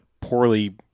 poorly